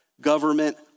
government